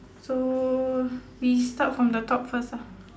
so we start from the top first ah